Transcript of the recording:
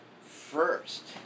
First